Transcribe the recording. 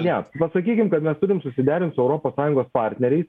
ne pasakykim kad mes turim susiderint su europos sąjungos partneriais